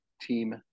team